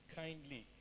kindly